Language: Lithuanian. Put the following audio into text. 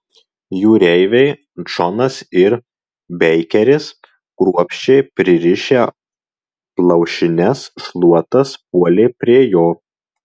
jūreiviai džonsas ir beikeris kruopščiai pririšę plaušines šluotas puolė prie jo